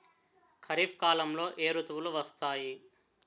ఖరిఫ్ కాలంలో ఏ ఋతువులు వస్తాయి?